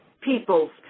Peoples